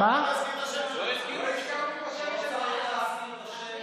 עוברת להמשך דיון בוועדת העבודה והרווחה,